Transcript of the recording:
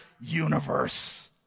universe